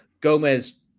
Gomez